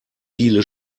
viele